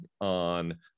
on